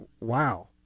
wow